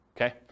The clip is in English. okay